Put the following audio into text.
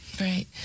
Right